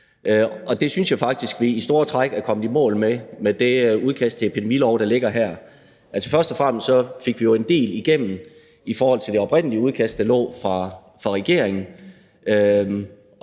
det synes jeg sådan set vi overordnet er kommet i mål med i det udkast til en epidemilov, der ligger her. Altså, først og fremmest fik vi jo en del igennem i forhold til det oprindelige udkast fra regeringen.